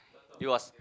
he was